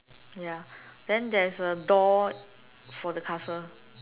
ya then there's a door for the castle